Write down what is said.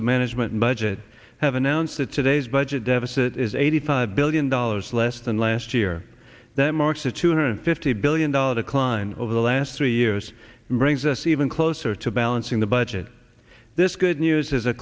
of management and budget have announced that today's budget deficit is eighty five billion dollars less than last year that marks the two hundred fifty billion dollars a climb over the last three years brings us even closer to balancing the budget this good news is a